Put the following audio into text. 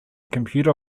computer